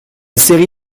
série